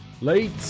late